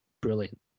brilliant